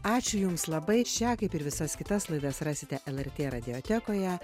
ačiū jums labai ir šią kaip ir visas kitas laidas rasite lrt radiotekoje